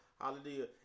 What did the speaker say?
Hallelujah